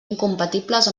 incompatibles